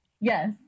Yes